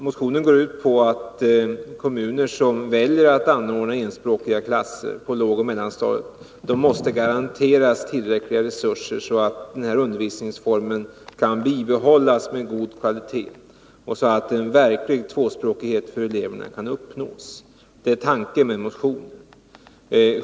Motionen går ut på att kommuner som väljer att anordna enspråkiga klasser på lågoch mellanstadiet måste garanteras tillräckliga resurser, så att denna undervisningsform kan bibehållas med god kvalitet och så att en verklig tvåspråkighet för eleverna kan uppnås. Det är tanken med motionen.